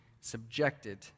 subjected